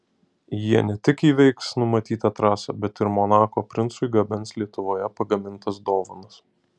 jie ne tik įveiks numatytą trasą bet ir monako princui gabens lietuvoje pagamintas dovanas